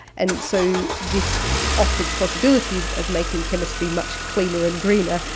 and so this offers possibilities of making chemistry much cleaner and greener,